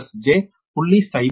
02 j0